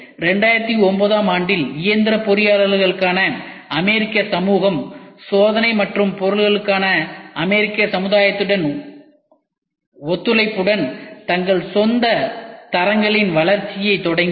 2009 ஆம் ஆண்டில் இயந்திர பொறியியலாளர்களுக்கான அமெரிக்க சமூகம் சோதனை மற்றும் பொருட்களுக்கான அமெரிக்க சமுதாயத்துடன் ஒத்துழைப்புடன் தங்கள் சொந்த தரங்களின் வளர்ச்சியைத் தொடங்கியது